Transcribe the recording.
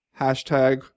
hashtag